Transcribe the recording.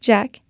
Jack